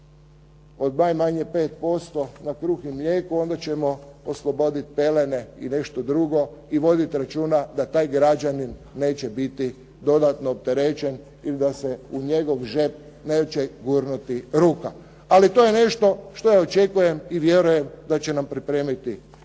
od najmanje 5% na kruh i mlijeko onda ćemo osloboditi pelene ili nešto drugo i voditi računa da taj građanin neće biti dodatno opterećen ili da se u njegov džep neće gurnuti ruka. Ali to je nešto što ja očekujem i vjerujem da će nam pripremiti i naša